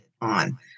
on